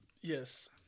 Yes